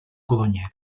codonyer